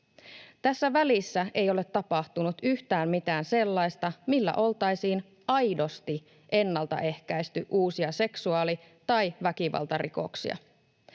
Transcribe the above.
Tässä välissä ei ole tapahtunut yhtään mitään sellaista, millä oltaisiin aidosti ennaltaehkäisty uusia seksuaali- tai väkivaltarikoksia,